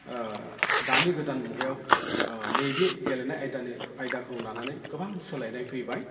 दानि गोदान मुगायाव नैबे गेलेनाय आयदानि आयदाखौ लानानै गोबां सोलायनाय फैबाय